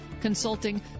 consulting